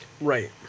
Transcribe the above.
right